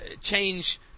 change